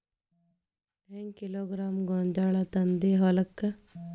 ಹೆಂಗ್ ಕಿಲೋಗ್ರಾಂ ಗೋಂಜಾಳ ತಂದಿ ಹೊಲಕ್ಕ?